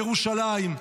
ירושלים,